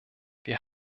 wir